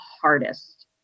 hardest